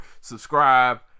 subscribe